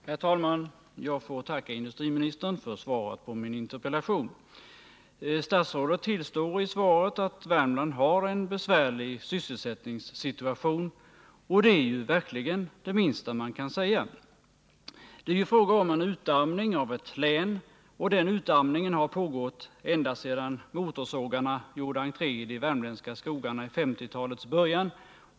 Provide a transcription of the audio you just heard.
Herr talman! Jag får tacka industriministern för svaret på min interpellation. Statsrådet tillstår i svaret att Värmland har en besvärlig sysselsättningssituation, och det är verkligen det minsta man kan säga. Det är fråga om en utarmning av ett län, och den utarmningen har pågått ända sedan motorsågarna gjorde entré i de värmländska skogarna i 1950-talets början.